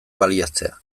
baliatzea